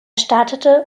startete